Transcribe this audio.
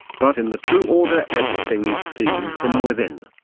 but in the true order everything is seen from within.